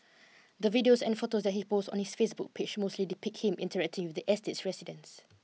the videos and photos that he posts on his Facebook page mostly depict him interacting with the estate's residents